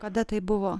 kada tai buvo